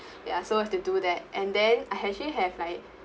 ya so I have to do that and then I actually have like